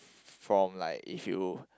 from like if you